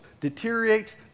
deteriorates